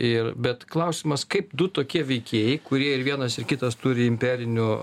ir bet klausimas kaip du tokie veikėjai kurie ir vienas ir kitas turi imperinių